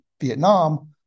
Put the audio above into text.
Vietnam